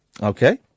Okay